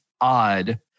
odd